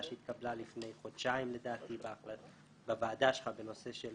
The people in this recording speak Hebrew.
שהתקבלה לפני חודשיים לדעתי בוועדה שלך בנושא של